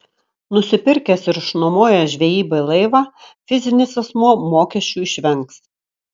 nusipirkęs ir išnuomojęs žvejybai laivą fizinis asmuo mokesčių išvengs